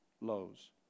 lows